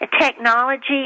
Technology